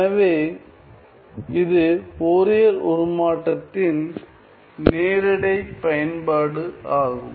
எனவே இது ஃபோரியர் உருமாற்றத்தின் நேரிடை பயன்பாடு ஆகும்